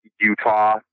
Utah